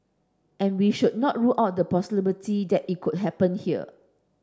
and we should not rule out the possibility that it could happen here